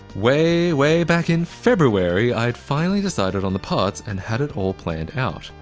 way, way back in february, i'd finally decided on the parts and had it all planned out.